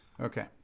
Okay